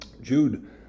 Jude